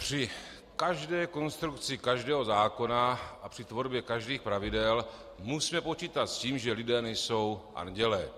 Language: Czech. Při každé konstrukci každého zákona a při tvorbě každých pravidel musíme počítat s tím, že lidé nejsou andělé.